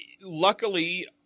luckily